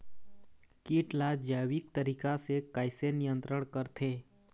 कीट ला जैविक तरीका से कैसे नियंत्रण करथे?